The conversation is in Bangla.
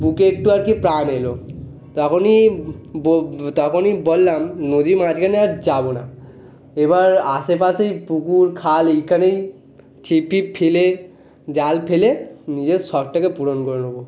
বুকে একটু আর কী প্রাণ এল তখনই তখনই বললাম নদীর মাঝখানে আর যাব না এবার আশেপাশেই পুকুর খাল এইখানেই ছিপ ফিপ ফেলে জাল ফেলে নিজের শখটাকে পূরণ করে নেব